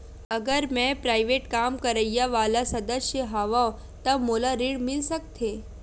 अगर मैं प्राइवेट काम करइया वाला सदस्य हावव का मोला ऋण मिल सकथे?